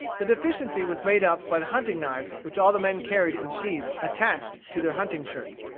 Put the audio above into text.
the deficiency was made up by the hunting-knives which all the men carried in sheaths attached to their hunting-shirts.